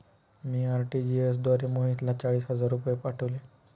मी RTGS द्वारे मोहितला चाळीस हजार रुपये पाठवले